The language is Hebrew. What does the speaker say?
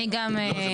אני גם מאשרת.